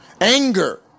Anger